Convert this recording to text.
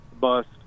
bust